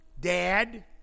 Dad